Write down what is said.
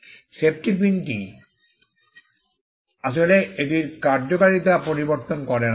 safety পিনটি আসলে এটির কার্যকারিতা পরিবর্তন করে না